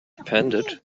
pandit